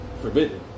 forbidden